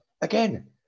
again